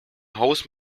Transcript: haus